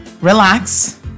relax